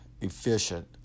efficient